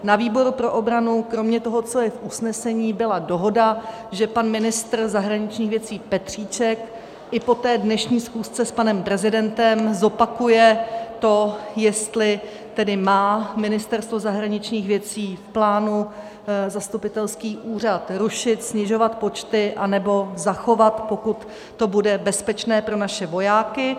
Na výboru pro obranu kromě toho, co je v usnesení, byla dohoda, že pan ministr zahraničních věcí Petříček i po té dnešní schůzce s panem prezidentem zopakuje to, jestli tedy má Ministerstvo zahraničních věcí v plánu zastupitelský úřad rušit, snižovat počty, anebo zachovat, pokud to bude bezpečné pro naše vojáky.